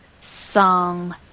song